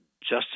justice